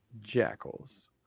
Jackals